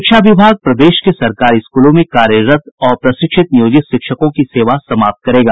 शिक्षा विभाग प्रदेश के सरकारी स्कूलों में कार्यरत अप्रशिक्षित नियोजित शिक्षकों की सेवा समाप्त करेगा